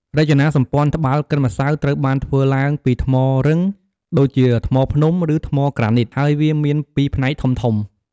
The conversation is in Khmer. រចនាសម្ព័ន្ធត្បាល់កិនម្សៅត្រូវបានធ្វើឡើងពី ថ្មរឹង ដូចជាថ្មភ្នំ ឬថ្មក្រានីត ហើយវាមានពីរផ្នែកធំៗ។